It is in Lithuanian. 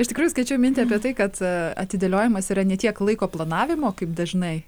iš tikrųjų skaičiau mintį apie tai kad atidėliojimas yra ne tiek laiko planavimo kaip dažnai